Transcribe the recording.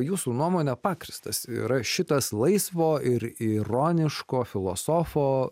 jūsų nuomone pagrįstas yra šitas laisvo ir ironiško filosofo